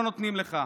לא נותנים לך,